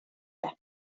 det